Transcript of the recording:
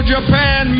Japan